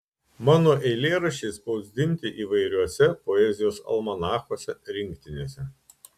mano eilėraščiai spausdinti įvairiuose poezijos almanachuose rinktinėse